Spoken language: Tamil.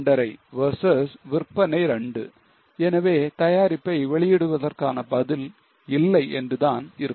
5 versus விற்பனை 2 எனவே தயாரிப்பை வெளியிடுவதற்கான பதில் இல்லை என்று தான் இருக்கும்